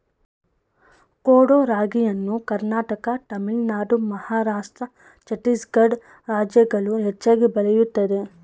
ಕೊಡೋ ರಾಗಿಯನ್ನು ಕರ್ನಾಟಕ ತಮಿಳುನಾಡು ಮಹಾರಾಷ್ಟ್ರ ಛತ್ತೀಸ್ಗಡ ರಾಜ್ಯಗಳು ಹೆಚ್ಚಾಗಿ ಬೆಳೆಯುತ್ತದೆ